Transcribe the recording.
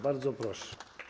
Bardzo proszę.